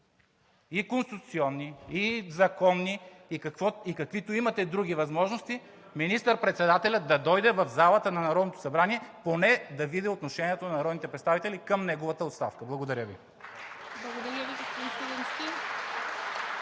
и конституционни, и законни, и каквито имате други възможности, министър-председателят да дойде в залата на Народното събрание поне да види отношението на народните представители към неговата оставка. Благодаря Ви.